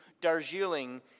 Darjeeling